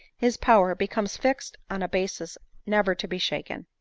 his power becomes fixed on a basis never to be shaken.